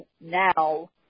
now